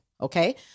Okay